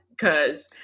Cause